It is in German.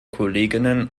kolleginnen